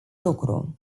lucru